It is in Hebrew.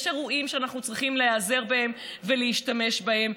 יש אירועים שאנחנו צריכים להיעזר בהם ולהשתמש בהם,